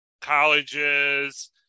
colleges